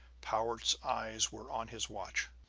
powart's eyes were on his watch.